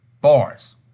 bars